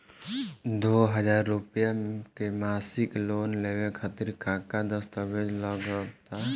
दो हज़ार रुपया के मासिक लोन लेवे खातिर का का दस्तावेजऽ लग त?